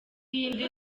y’iyi